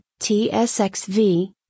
TSXV